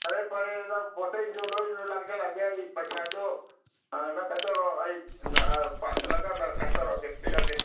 ꯐꯔꯦ ꯐꯔꯦ ꯅꯪ ꯄꯣꯠ ꯆꯩꯁꯤꯡꯗꯣ ꯂꯣꯏ ꯂꯥꯡꯖꯜꯂꯒꯦ ꯑꯩ ꯄꯩꯁꯥꯗꯣ ꯅꯪ ꯀꯩꯅꯣ ꯇꯧꯔꯣ ꯑꯩ ꯄꯥꯁꯜꯂꯀꯥꯟꯗ ꯀꯩꯅꯣ ꯇꯧꯔꯒꯦ ꯄꯤꯔꯛꯑꯒꯦ